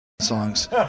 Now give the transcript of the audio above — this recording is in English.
songs